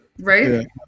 Right